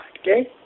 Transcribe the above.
Okay